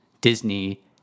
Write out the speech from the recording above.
Disney